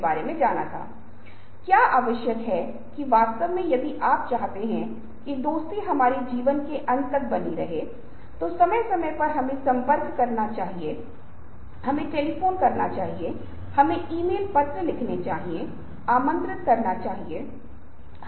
इसलिए हम केवल दृश्यमान नहीं हैं हम इस दृश्यता में लिप्त हैं और हम इसे दो अलग अलग तरीकों से उपयोग करते हैं एक स्वयं को देखने में खुशी के लिए और दूसरे को कल्पना करने में और दूसरे को खुद को देखने और दूसरों को देखने में निगरानी के लिए है